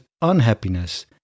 unhappiness